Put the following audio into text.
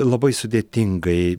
labai sudėtingai